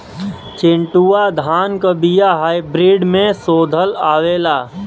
चिन्टूवा धान क बिया हाइब्रिड में शोधल आवेला?